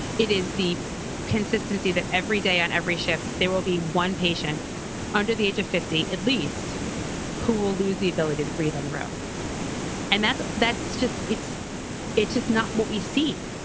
it is the consistency that every day on every shift. there will be one patient under the age of fifty at least who will lose the ability to breathe on their own and that's that's just it's it's just not what we see,